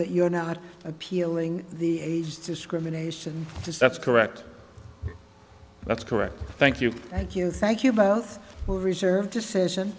that you're not appealing the age discrimination is that's correct that's correct thank you thank you thank you both the reserve decision